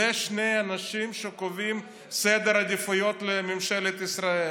אלה שני האנשים שקובעים סדר עדיפויות לממשלת ישראל.